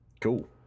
cool